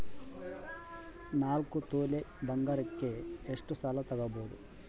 ನಾಲ್ಕು ತೊಲಿ ಬಂಗಾರಕ್ಕೆ ಎಷ್ಟು ಸಾಲ ತಗಬೋದು?